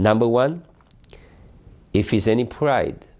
number one if it's any pride